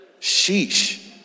Sheesh